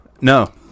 No